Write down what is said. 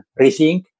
rethink